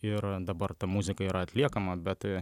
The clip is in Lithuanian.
ir dabar ta muzika yra atliekama bet